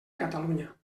catalunya